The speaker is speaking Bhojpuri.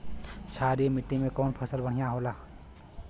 क्षारीय मिट्टी में कौन फसल बढ़ियां हो खेला?